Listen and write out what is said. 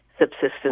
subsistence